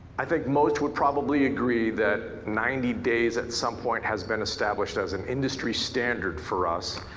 i think most would probably agree that ninety days at some point has been established as an industry standard for us